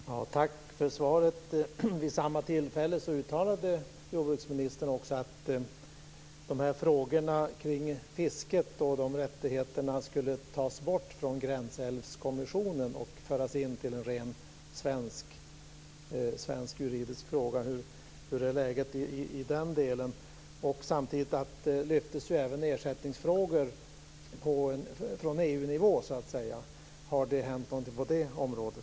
Fru talman! Tack för svaret. Vid samma tillfället uttalade jordbruksministern också att frågorna kring fisket och rättigheterna skulle tas bort från Gränsälvskommissionen och föras till en rent svensk juridisk fråga. Hur är läget i den delen? Samtidigt lyftes även ersättningsfrågor på EU-nivå. Har det hänt något på det området?